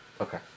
Okay